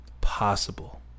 possible